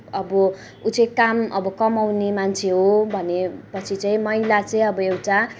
अब ऊ चाहिँ काम अब कमाउने मान्छे हो भने पछि चाहिँ महिला चाहिँ अब एउटा